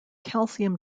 calcium